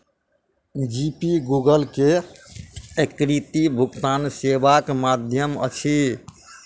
जी Pay Google के एकीकृत भुगतान सेवाक माध्यम अछि